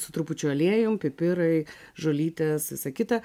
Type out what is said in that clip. su trupučiu aliejum pipirai žolytės visa kita